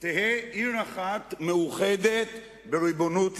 תהא עיר אחת מאוחדת בריבונות ישראל".